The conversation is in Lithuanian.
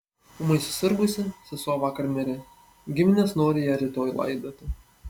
ūmai susirgusi sesuo vakar mirė giminės nori ją rytoj laidoti